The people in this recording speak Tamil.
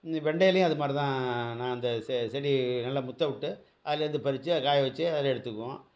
வெண்டைலையும் அதுமாதிரி தான் நான் அந்த செ செடி நல்லா முற்றவுட்டு அதுலேருந்து பறித்து காய வச்சு அதில் எடுத்துக்குவோம்